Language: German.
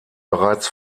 bereits